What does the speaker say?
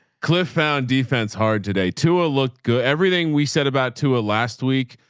cliff found defense hard today to a look, good, everything we said about two a last week,